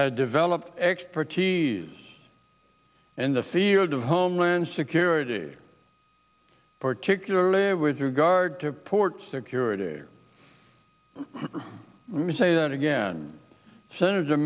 had developed expertise in the field of homeland security particularly with regard to port security for me say that again senator